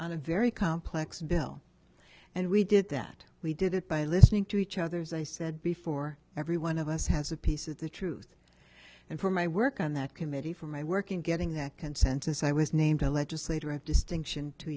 on a very complex bill and we did that we did it by listening to each other's i said before every one of us has a piece of the truth and for my work on that committee for my work in getting that consensus i was named a legislator of distinction two